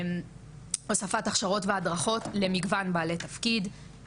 הוספת הכשרות והדרכות למגוון בעלי תפקיד,